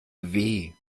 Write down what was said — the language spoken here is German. wie